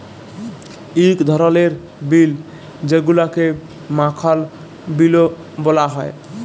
ইক ধরলের বিল যেগুলাকে মাখল বিলও ব্যলা হ্যয়